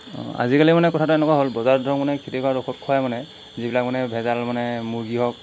আজিকালি মানে কথাটো এনেকুৱা হ'ল বজাৰত ধৰক মানে ঔষধ খোৱাই মানে যিবিলাক মানে ভেজাল মানে মুৰ্গী হওক